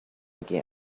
again